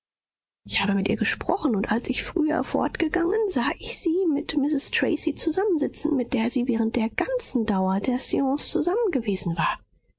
ich habe mit ihr gesprochen und als ich früher fortgegangen sah ich sie mit mrs tracy zusammensitzen mit der sie wahrend der ganzen dauer der seance zusammengewesen war